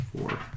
four